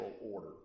order